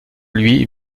lui